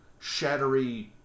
shattery